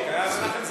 היה אז מנחם זילברמן.